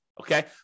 okay